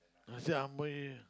Nasi-Ambeng